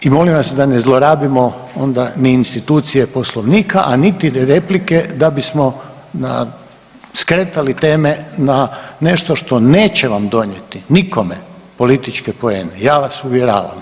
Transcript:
I molim vas da ne zlorabimo onda ni institucije Poslovnika, a niti replike da bismo na skretali teme na nešto što neće vam donijeti nikome političke poene, ja vas uvjeravam, sve.